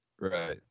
Right